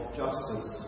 justice